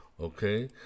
Okay